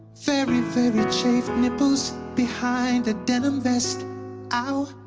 very, very chafed nipples behind a denim vest ow,